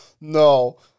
no